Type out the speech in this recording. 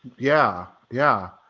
yeah, yeah,